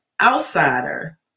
outsider